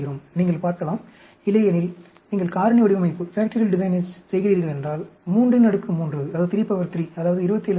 நீங்கள் பார்க்கலாம் இல்லையெனில் நீங்கள் காரணி வடிவமைப்பைச் செய்கிறீர்கள் என்றால் 33 அதாவது 27 சோதனைகள்